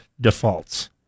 defaults